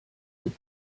mit